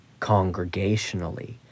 congregationally